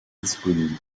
disponible